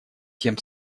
тем